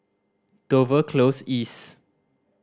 Dover Close East